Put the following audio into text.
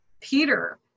Peter